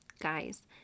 Guys